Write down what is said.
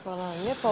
Hvala vam lijepo.